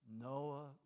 Noah